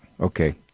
Okay